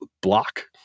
block